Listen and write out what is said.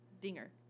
Dinger